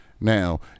Now